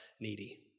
needy